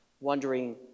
wondering